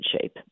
shape